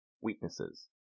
Weaknesses